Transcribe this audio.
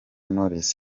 knowless